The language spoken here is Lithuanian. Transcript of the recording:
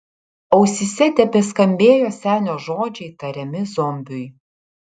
ausyse tebeskambėjo senio žodžiai tariami zombiui